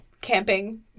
camping